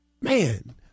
Man